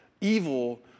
evil